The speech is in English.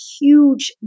huge